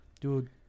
Dude